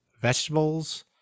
vegetables